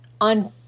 on